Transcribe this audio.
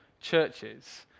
churches